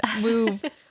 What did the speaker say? move